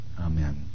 Amen